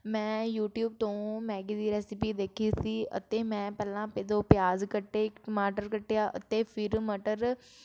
ਮੈਂ ਯੂਟਿਊਬ ਤੋਂ ਮੈਗੀ ਦੀ ਰੈਸਪੀ ਦੇਖੀ ਸੀ ਅਤੇ ਮੈਂ ਪਹਿਲਾਂ ਆਪੇ ਦੋ ਪਿਆਜ਼ ਕੱਟੇ ਇੱਕ ਟਮਾਟਰ ਕੱਟਿਆ ਅਤੇ ਫਿਰ ਮਟਰ